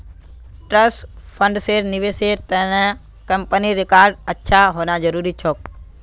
trust फंड्सेर निवेशेर त न कंपनीर रिकॉर्ड अच्छा होना जरूरी छोक